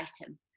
item